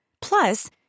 Plus